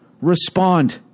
respond